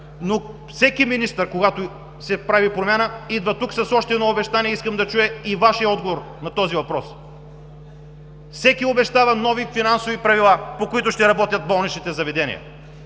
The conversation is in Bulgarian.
Всеки министър, когато се прави промяна, идва тук с още едно обещание. Искам да чуя и Вашия отговор на този въпрос. Всеки обещава нови финансови правила, по които ще работят болничните заведения